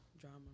Drama